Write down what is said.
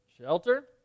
Shelter